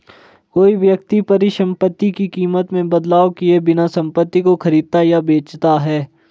कोई व्यक्ति परिसंपत्ति की कीमत में बदलाव किए बिना संपत्ति को खरीदता या बेचता है